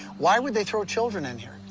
why would they throw children in here?